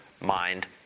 mind